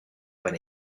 when